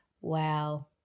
wow